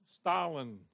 Stalin